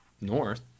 north